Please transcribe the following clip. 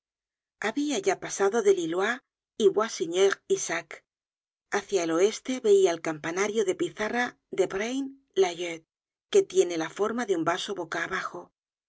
habia ya pasado de lilloís y bois seigneur isaac hácia el oeste veia el campanario de pizarra de braine l'alleud que tiene la forma de un vaso boca abajo